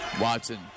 Watson